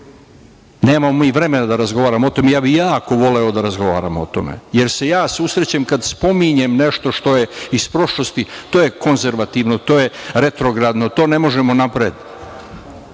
Nemamo mi vremena da razgovaramo o tome. Ja bih jako voleo da razgovaramo o tome, jer se ja susrećem, kada spominjem nešto što je iz prošlosti, to je konzervativno, to retrogradno, to ne možemo napred. Mi